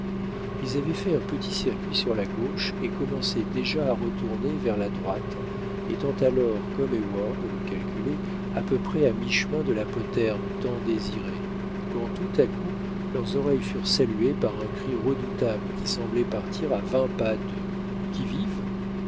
ils avaient fait un petit circuit sur la gauche et commençaient déjà à retourner vers la droite étant alors comme heyward le calculait à peu près à mi-chemin de la poterne tant désirée quand tout à coup leurs oreilles furent saluées par un cri redoutable qui semblait partir à vingt pas d'eux qui vive